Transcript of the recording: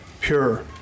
pure